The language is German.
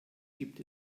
gibt